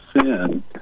sin